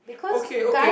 because guy